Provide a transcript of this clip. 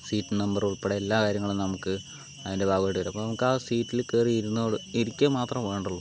seat number ഉൾപ്പെടെ എല്ലാ കാര്യങ്ങളും നമുക്ക് അതിൻ്റെ ഭാഗമായിട്ട് ചിലപ്പോൾ നമുക്ക് ആ സീറ്റിൽ കയറി ഇരുന്നോളു ഇരിക്കുക മാത്രമേ വേണ്ടുളളൂ